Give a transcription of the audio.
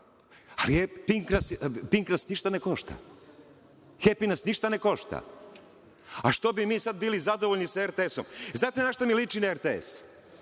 Ali, Pink nas ništa ne košta, Hepi nas ništa ne košta. Što bi mi sad bili zadovoljni sa RTS-om? Znate na šta mi liči RTS?